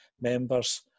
members